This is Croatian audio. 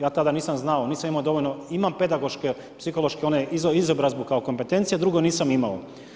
Ja tada nisam znao, nisam imao dovoljno, imam pedagoške, psihološku onu izobrazbu kao kompetencije a drugo nisam imao.